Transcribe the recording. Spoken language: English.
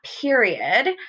period